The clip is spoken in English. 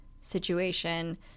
situation